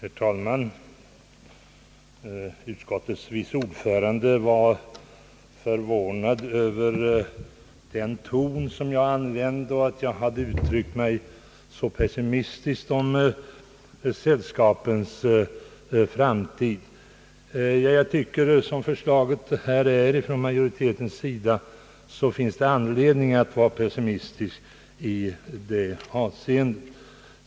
Herr talman! Utskottets vice ordfö rande var förvånad över den ton, som jag använde, och över ati jag hade uttryckt mig så pessimistiskt om sällskapens framtid. Ja, så som majoritetens förslag föreligger tycker jag att det finns anledning att vara pessimistisk i detta avseende.